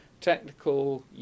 technical